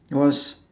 it was